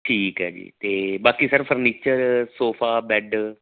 ਠੀਕ ਹੈ ਜੀ ਅਤੇ ਬਾਕੀ ਸਰ ਫਰਨੀਚਰ ਸੋਫਾ ਬੈਡ